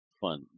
fun